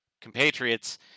compatriots